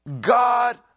God